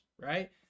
right